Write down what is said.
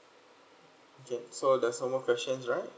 mm okay so there's no more questions right